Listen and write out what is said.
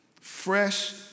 Fresh